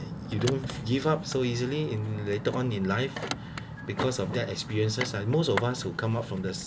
you don't give up so easily in later on in life because of that experiences uh most of us who come up from this